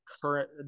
current